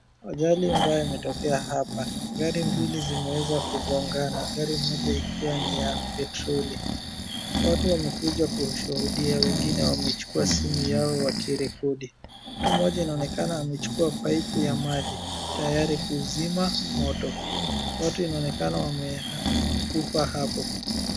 Ajali mbaya imetokea hapa. Gari mbili zimeweza kugongana. Gari moja ikiwa ni ya petroli. Watu wamekuja kushuhudia, wengine wamechukua simu yao wakirekodi. Mtu mmoja inaonekana amechukua paipu ya maji tayari kuzima moto. Watu inaonekana wamekufa hapo.